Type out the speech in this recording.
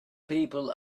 people